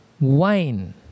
wine